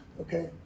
okay